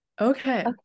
Okay